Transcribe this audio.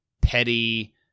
petty